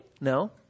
No